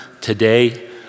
today